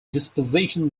disposition